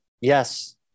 Yes